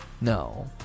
No